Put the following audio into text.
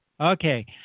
Okay